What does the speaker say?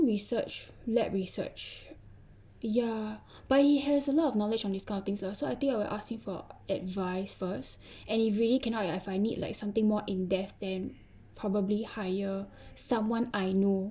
research lab research ya but he has a lot of knowledge on these kind of things lah so I think I will ask him for advice first and if really cannot I I find it like something more in depth then probably hire someone I know